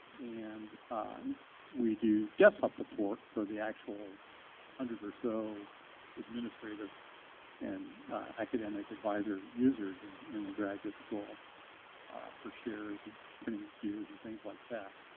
and we do desktop support for the actual hundred or so administrative and academic advisor users in the graduate school for shares and printing queues and things like that.